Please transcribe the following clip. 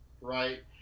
right